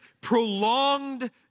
prolonged